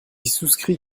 souscris